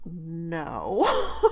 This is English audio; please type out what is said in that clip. no